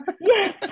Yes